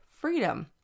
freedom